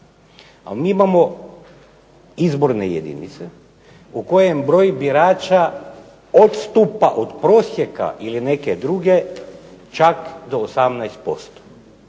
A mi imamo izborne jedinice u kojem broj birača odstupa od prosjeka ili neke druge čak do 18%.